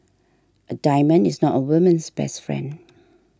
a diamond is not a woman's best friend